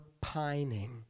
pining